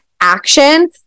action